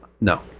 No